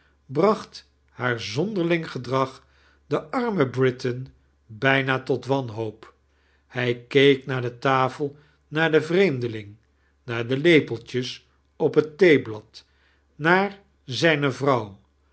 bracht haar zondeirling giedrag den armen britain tajna tot wanhoop hij keek naar de tafei naar dec vreemdeling naar de lepeltjeis op het theeblad naar zijne vrouw